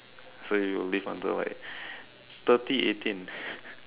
so you'll live until like thirty eighteen